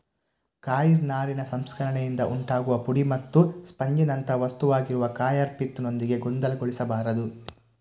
coir ನಾರಿನ ಸಂಸ್ಕರಣೆಯಿಂದ ಉಂಟಾಗುವ ಪುಡಿ ಮತ್ತು ಸ್ಪಂಜಿನಂಥ ವಸ್ತುವಾಗಿರುವ ಕಾಯರ್ ಪಿತ್ ನೊಂದಿಗೆ ಗೊಂದಲಗೊಳಿಸಬಾರದು